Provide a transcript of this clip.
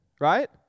right